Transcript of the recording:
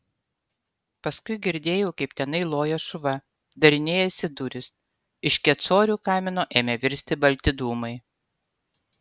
paskui girdėjau kaip tenai loja šuva darinėjasi durys iš kecorių kamino ėmė virsti balti dūmai